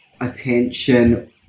attention